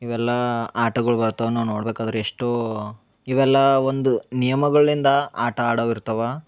ಇವೆಲ್ಲ ಆಟಗಳು ಬರ್ತವೆ ನಾವು ನೋಡ್ಬೇಕಾದ್ರೆ ಎಷ್ಟೋ ಇವೆಲ್ಲ ಒಂದು ನಿಯಮಗಳಿಂದ ಆಟ ಆಡವ್ ಇರ್ತವೆ